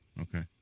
Okay